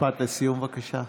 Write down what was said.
משפט לסיום, בבקשה.